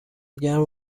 گرم